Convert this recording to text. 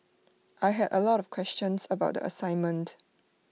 I had A lot of questions about the assignment